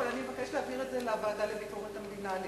אני מבקשת להעביר את זה לוועדה לביקורת המדינה,